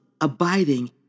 abiding